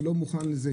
הוא לא מוכן לזה.